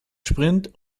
sprint